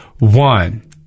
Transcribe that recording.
One